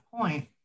point